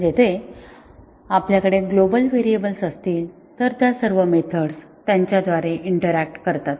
जिथे आपल्याकडे global variables असतील तर त्या सर्व मेथड्स त्यांच्याद्वारे इंटरॅक्ट करतात